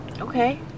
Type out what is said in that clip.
Okay